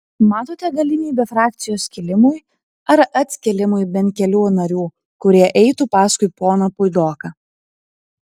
matote galimybę frakcijos skilimui ar atskilimui bent kelių narių kurie eitų paskui poną puidoką